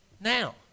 now